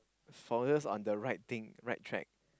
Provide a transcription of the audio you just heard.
focus on the right thing right track